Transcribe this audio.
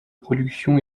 production